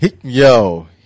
Yo